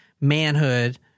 manhood